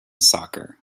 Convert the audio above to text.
soccer